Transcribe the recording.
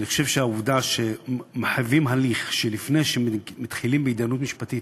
אני חושב שהעובדה שמחייבים הליך לפני שמתחילים בהתדיינות משפטית,